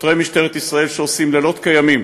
שוטרי משטרת ישראל, שעושים לילות כימים